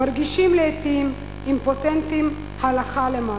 מרגישים לעתים אימפוטנטים הלכה למעשה.